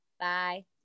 Bye